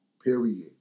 period